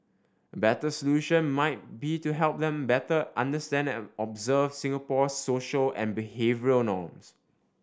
a better solution might be to help them better understand and observe Singapore's social and behavioural norms